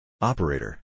Operator